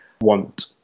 want